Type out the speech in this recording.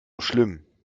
schlimm